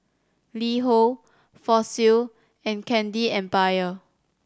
LiHo Fossil and Candy Empire